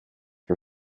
her